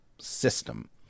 system